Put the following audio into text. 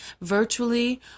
virtually